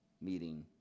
meeting